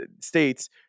states